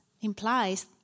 implies